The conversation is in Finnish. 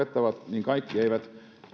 niin kaikki eivät